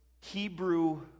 Hebrew